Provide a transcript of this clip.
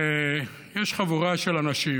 ויש חבורה של אנשים